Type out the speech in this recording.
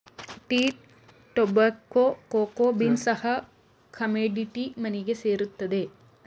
tea, tobacco, cocoa beans ಸಹ commodity ಮನಿಗೆ ಸೇರುತ್ತವೆ